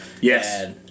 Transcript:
Yes